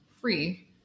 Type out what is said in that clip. free